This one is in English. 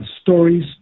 Stories